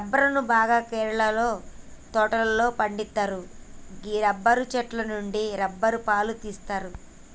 రబ్బరును బాగా కేరళలోని తోటలలో పండిత్తరు గీ రబ్బరు చెట్టు నుండి రబ్బరు పాలు తీస్తరు